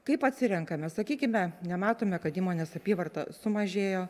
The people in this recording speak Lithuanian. kaip atsirenkame sakykime nematome kad įmonės apyvarta sumažėjo